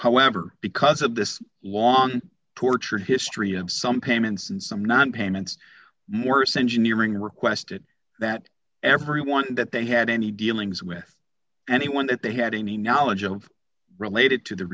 however because of this long tortured history of some payments and some not payments more essential nearing requested that everyone that they had any dealings with anyone that they had any knowledge of related to the